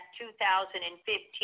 2015